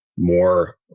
more